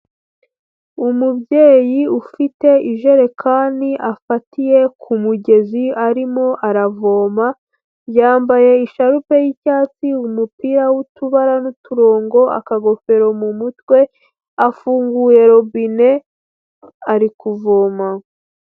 Umubyeyi ufite ijerekani afatiye ku mugezi, arimo aravoma, yambaye ishalupe y'icyatsi, umupira w'utubara n'uturongo, akagofero mu mutwe, afunguye robine, ari kuvoma.